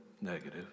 negative